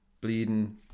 bleeding